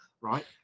right